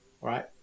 right